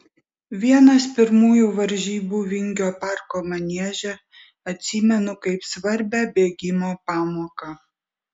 vienas pirmųjų varžybų vingio parko manieže atsimenu kaip svarbią bėgimo pamoką